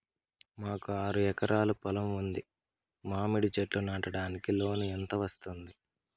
మాకు ఆరు ఎకరాలు పొలం ఉంది, మామిడి చెట్లు నాటడానికి లోను ఎంత వస్తుంది?